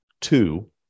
two